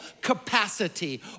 capacity